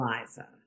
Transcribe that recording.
Liza